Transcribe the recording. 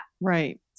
Right